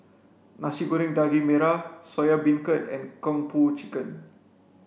nasi goreng daging merah soya beancurd and kung po chicken